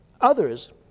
others